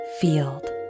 Field